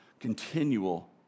continual